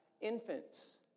infants